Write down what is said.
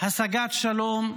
השגת שלום,